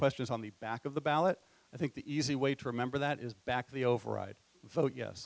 question on the back of the ballot i think the easy way to remember that is back to the override vote ye